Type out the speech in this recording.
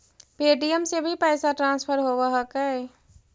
Paytm से भी पैसा ट्रांसफर होवहकै?